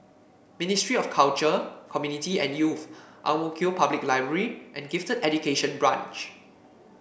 Ministry of Culture Community and Youth Ang Mo Kio Public Library and Gifted Education Branch